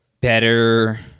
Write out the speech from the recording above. better